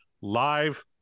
live